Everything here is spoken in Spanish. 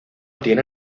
tiene